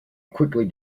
quickly